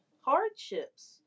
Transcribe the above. hardships